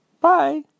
Bye